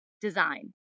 design